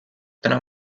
täna